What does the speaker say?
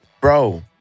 bro